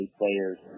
players